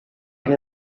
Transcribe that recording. che